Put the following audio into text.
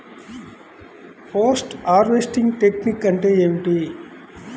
Post harvesting technique అంటే ఏమిటీ?